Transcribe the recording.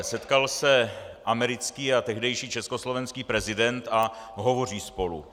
Setkal se americký a tehdejší československý prezident a hovoří spolu.